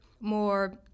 more